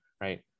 right